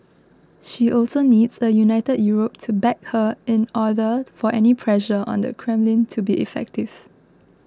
she also needs a united Europe to back her in order for any pressure on the Kremlin to be effective